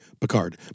Picard